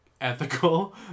ethical